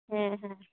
ᱦᱮᱸ ᱦᱮᱸ